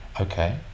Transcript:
Okay